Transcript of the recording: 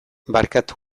barkatu